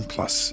Plus